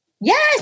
Yes